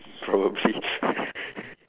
probably